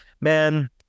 Man